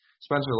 Spencer